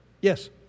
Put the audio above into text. Yes